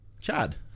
Chad